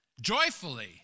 joyfully